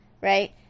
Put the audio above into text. Right